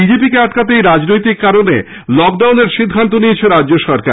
বিজেপিকে আটকাতে রাজনৈতিক কারনে লকডাউন এর সিদ্ধান্ত নিয়েছে রাজ্য সরকার